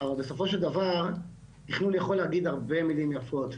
אבל בסופו של דבר תכנון יכול להגיד הרבה מילים יפות,